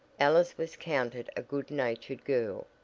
alice was counted a good-natured girl.